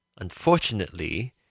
unfortunately